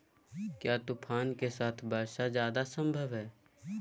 क्या तूफ़ान के साथ वर्षा जायदा संभव है?